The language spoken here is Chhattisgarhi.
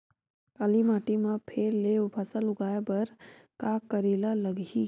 काली माटी म फेर ले फसल उगाए बर का करेला लगही?